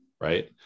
right